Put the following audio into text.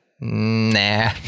nah